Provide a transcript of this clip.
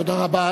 תודה רבה.